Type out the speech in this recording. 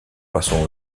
passant